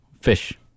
fish